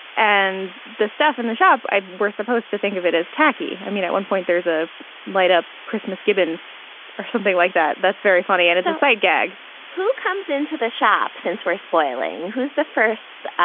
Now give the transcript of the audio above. and the stuff in the shop i were supposed to think of it as tacky. i mean at one point there a light a christmas gibbon or something like that that's very funny and it's a sight gag who comes into the shop since we're spoiling. who's the first